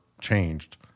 changed